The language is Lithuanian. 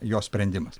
jo sprendimas